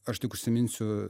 aš tik užsiminsiu